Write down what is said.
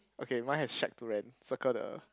okay mine has shack to rent circle the